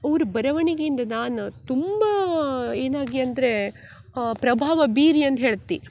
ಅವ್ರ ಬರವಣಿಗೆಯಿಂದ ನಾನು ತುಂಬ ಏನಾಗಿ ಅಂದರೆ ಪ್ರಭಾವ ಬೀರಿ ಅಂದು ಹೇಳ್ತೆ